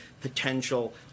potential